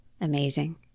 Amazing